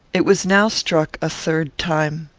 it was now struck a third time.